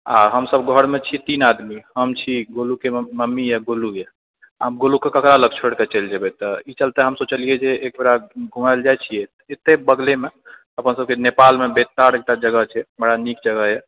आ हमसभ घरमऽ छियै तीन आदमी हम छी गोलूके मम्मी यऽ गोलू यऽ आब गोलूकऽ ककरा लग छोड़िके चलि जेबय तऽ ई चलते हम सोचलियै जे एक बेरा घुमलि जाइत छियै तऽ एतय बगलेमऽ अपन सभके नेपालमऽ बेकतार एकटा जगह छै बड़ा नीक जगह यऽ